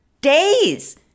days